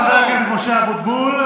חבר הכנסת משה אבוטבול.